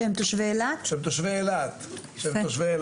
שהם תושבי אילת?